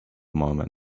moment